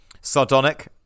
sardonic